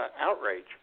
outrage